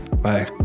bye